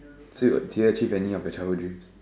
still got did you achieve any of your childhood dreams